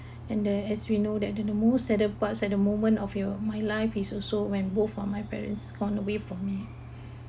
and that as we know that that the most saddest parts at the moment of your my life is also when both of my parents gone away from me